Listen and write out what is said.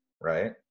right